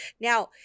Now